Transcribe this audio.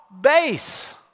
base